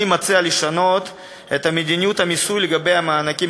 אני מציע לשנות את מדיניות המיסוי לגבי המענקים